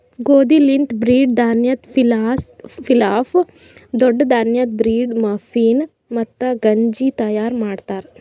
ಗೋದಿ ಲಿಂತ್ ಬ್ರೀಡ್, ಧಾನ್ಯದ್ ಪಿಲಾಫ್, ದೊಡ್ಡ ಧಾನ್ಯದ್ ಬ್ರೀಡ್, ಮಫಿನ್, ಮತ್ತ ಗಂಜಿ ತೈಯಾರ್ ಮಾಡ್ತಾರ್